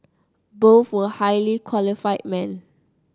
both were highly qualified men